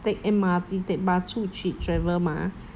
take M_R_T take bus 出去 travel mah